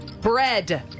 bread